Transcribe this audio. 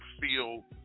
feel